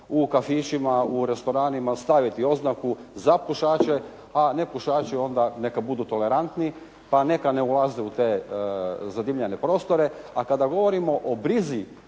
u kafićima, u restoranima staviti oznaku za pušače, a nepušači onda neka budu tolerantni pa neka ne ulaze u te zadimljene prostore. A kada govorimo o brizi